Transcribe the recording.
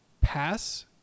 pass